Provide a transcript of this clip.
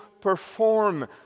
perform